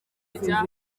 kujya